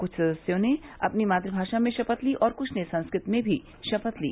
कृष्ठ सदस्यों ने अपनी मात्रभाषा में शपथ ली और कृष्ठ ने संस्कृत में भी शपथ ली